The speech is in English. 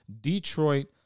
Detroit